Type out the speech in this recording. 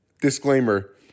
Disclaimer